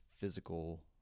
physical